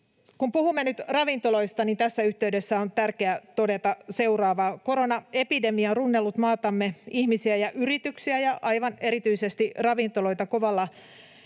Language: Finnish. Kun puhumme nyt ravintoloista, niin tässä yhteydessä on tärkeää todeta seuraavaa: Koronaepidemia on runnellut maatamme — ihmisiä ja yrityksiä ja aivan erityisesti ravintoloita — kovalla